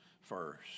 first